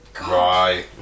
Right